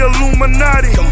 Illuminati